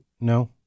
no